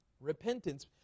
repentance